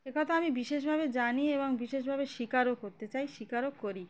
এ কথা আমি বিশেষভাবে জানি এবং বিশেষভাবে স্বীকারও করতে চাই স্বীকারও করি